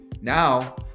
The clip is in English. Now